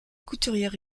couturière